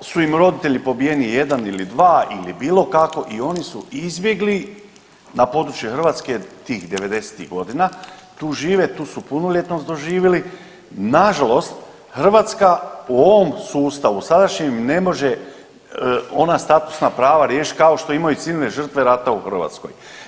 su im roditelji pobijeni, 1 ili 2 ili bilo kako i oni su izbjegli na područje Hrvatske tih 90-ih godina, tu žive, tu su punoljetnost doživjeli, nažalost Hrvatska po ovom sustavu sadašnjem ne može ona statusna prava riješiti kao što imaju civilne žrtve rata u Hrvatskoj.